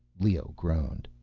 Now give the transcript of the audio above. leoh groaned.